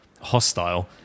hostile